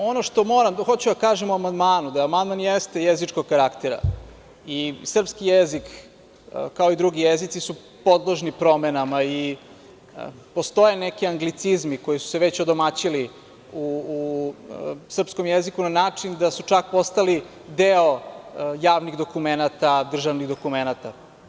Ono što hoću da kažem o amandmanu, da amandman jeste jezičkog karaktera i srpski jezik, kao i drugi jezici su podložni promenama i postoje neki anglicizmi, koji su se već odomaćili u srpskom jeziku na način da su čak postali deo javnih dokumenata, državnih dokumenata.